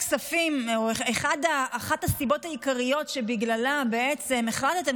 אחת הסיבות העיקריות שבגללה בעצם גם החלטתם